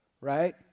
right